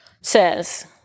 says